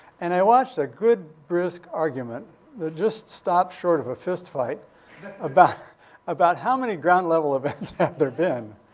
and i watched a good, brisk argument that just stopped short of a fistfight about about, how many ground-level events have there been?